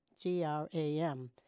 G-R-A-M